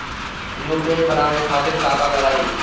UPI बनावे खातिर का का लगाई?